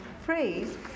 phrase